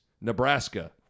Nebraska